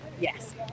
Yes